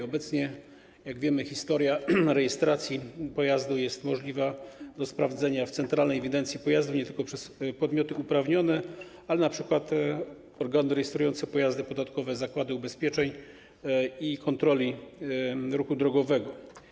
Obecnie, jak wiemy, historia rejestracji pojazdu jest możliwa do sprawdzenia w centralnej ewidencji pojazdów nie tylko przez podmioty uprawnione, ale np. organy rejestrujące pojazdy, podatkowe, zakłady ubezpieczeń i kontroli ruchu drogowego.